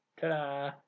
Ta-da